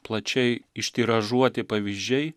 plačiai ištiražuoti pavyzdžiai